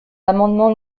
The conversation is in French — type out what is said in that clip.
l’amendement